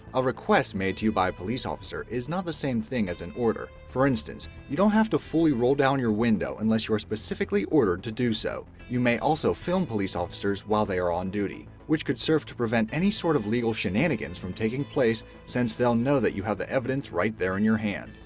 a request made to you by a police officer is not the same thing as an order. for instance, you don't have to fully roll down your window unless you are specifically ordered to do so. you may also film police officers while they are on duty, which could serve to prevent any sort of legal shenanigans from taking place since they'll know that you have the evidence right there in your hand.